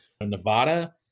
Nevada